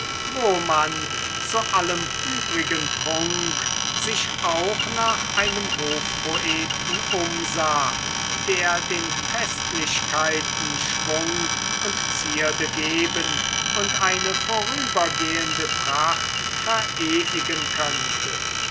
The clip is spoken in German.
wo man zu allem übrigen prunk sich auch nach einem hofpoeten umsah der den festlichkeiten schwung und zierde geben und eine vorübergehende pracht verewigen könnte